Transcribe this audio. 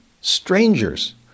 strangers